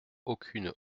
aucune